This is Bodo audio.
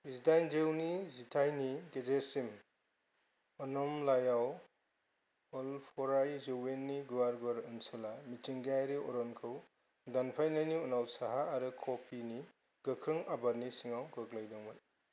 जिदाइनजौनि जिथाइनि गेजेरसिम अनमलायाव वालपराय जौयेननि गुवार गुवार ओनसोला मिथिंगायारि अरनखौ दानफायनायनि उनाव साहा आरो कफिनि गोख्रों आबादनि सिङाव गोग्लैदोंमोन